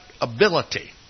ability